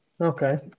Okay